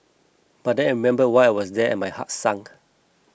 but then I remembered why I was there and my heart sank